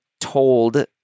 told